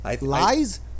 Lies